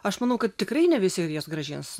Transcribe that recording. aš manau kad tikrai ne visi jas grąžins